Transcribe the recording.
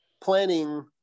planning